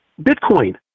Bitcoin